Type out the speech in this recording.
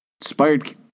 Inspired